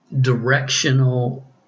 directional